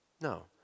No